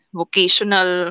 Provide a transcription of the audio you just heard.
vocational